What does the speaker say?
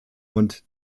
und